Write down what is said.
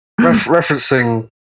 Referencing